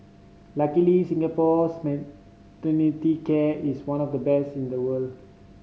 luckily Singapore's maternity care is one of the best in the world